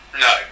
No